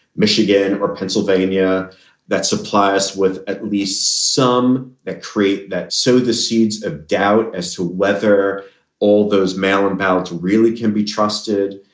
michigan or pennsylvania that supply us with at least some ah trait that sowed so the seeds of doubt as to whether all those mail in ballots really can be trusted.